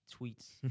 tweets